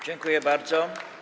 Dziękuję bardzo.